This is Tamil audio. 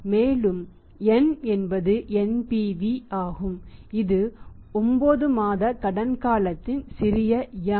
மேலும் N என்பது NPV ஆகும் இது 9 மாத கடன் காலத்தின் சிறிய m